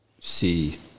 see